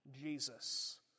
Jesus